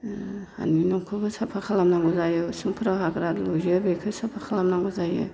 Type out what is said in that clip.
हानि न'खौबो साफा खालामनांगौ जायो उसुंफ्राव हाग्रा लुयो बेखौ साफा खालामनांगौ जायो